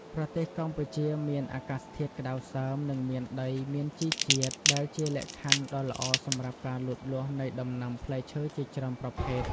ប្រទេសកម្ពុជាមានអាកាសធាតុក្តៅសើម និងមានដីមានជីជាតិ ដែលជាលក្ខខណ្ឌដ៏ល្អសម្រាប់ការលូតលាស់នៃដំណាំផ្លែឈើជាច្រើនប្រភេទ។